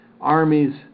armies